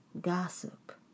gossip